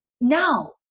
no